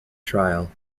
trial